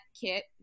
Kit